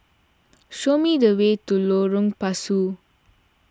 show me the way to Lorong Pasu